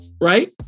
right